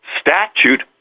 statute